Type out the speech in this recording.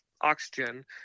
Oxygen